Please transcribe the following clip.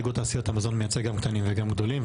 איגוד תעשיות המזון מייצג גם קטנים וגם גדולים.